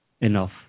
enough